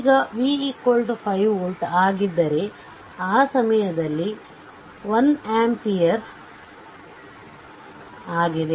ಈಗ v 5 volt ಆಗಿದ್ದರೆ ಆ ಸಮಯದಲ್ಲಿ 1 ಆಂಪಿಯರ್ ಆಗಿದೆ